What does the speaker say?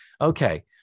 okay